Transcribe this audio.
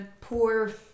poor